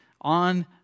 on